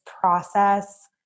process